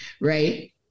right